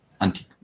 anti